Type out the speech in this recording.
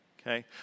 Okay